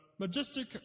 Majestic